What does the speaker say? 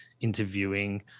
interviewing